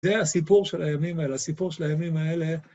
זה הסיפור של הימים האלה, הסיפור של הימים האלה.